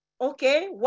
okay